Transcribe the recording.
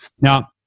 now